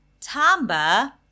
Tamba